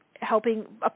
helping